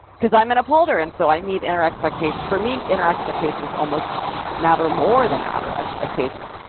because i'm an upholder, and so i meet inner expectation for me, inner expectations almost matter more than outer expectations,